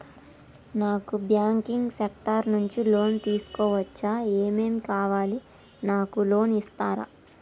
నాకు banking sector నుంచి loan తీసుకోవచ్చా? ఏమేం కావాలి? నాకు లోన్ ఇస్తారా?